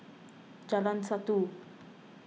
Jalan Satu